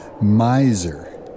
miser